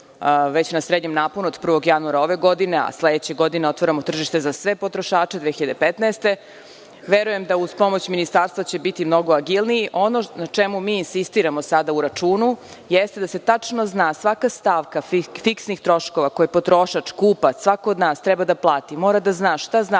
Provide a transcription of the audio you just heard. na srednjem naponu od 1. januara ove godine, a sledeće godine otvaramo tržište za sve potrošače, 2015. godine, verujem da će uz pomoć Ministarstva biti mnogo agilniji. Ono na čemu mi insistiramo, sada u računu, jeste da se tačno zna svaka stavka fiksnih troškova koje potrošač, kupac, svako od nas treba da plati, mora da zna šta znači